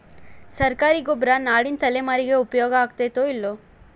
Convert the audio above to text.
ಸರ್ಕಾರಿ ಗೊಬ್ಬರ ನಾಳಿನ ತಲೆಮಾರಿಗೆ ಉಪಯೋಗ ಆಗತೈತೋ, ಇಲ್ಲೋ?